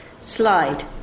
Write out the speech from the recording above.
slide